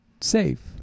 safe